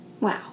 Wow